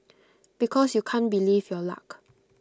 because you can't believe your luck